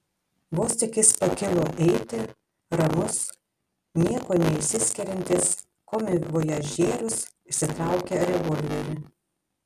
vos tik jis pakilo eiti ramus niekuo neišsiskiriantis komivojažierius išsitraukė revolverį